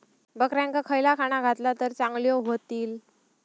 बकऱ्यांका खयला खाणा घातला तर चांगल्यो व्हतील?